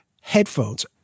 headphones